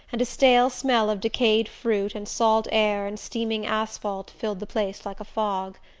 and a stale smell of decayed fruit and salt air and steaming asphalt filled the place like a fog.